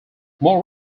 more